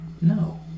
no